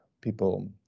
people